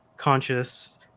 conscious